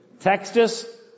Textus